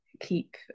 keep